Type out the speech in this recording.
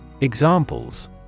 Examples